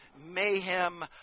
mayhem